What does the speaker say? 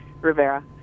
Rivera